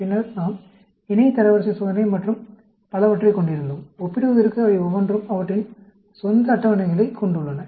பின்னர் நாம் இணை தரவரிசை சோதனை மற்றும் பலவற்றைக் கொண்டிருந்தோம் ஒப்பிடுவதற்கு அவை ஒவ்வொன்றும் அவற்றின் சொந்த அட்டவணைகளைக் கொண்டுள்ளன